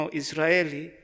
israeli